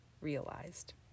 realized